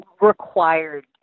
required